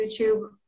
YouTube